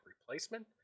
replacement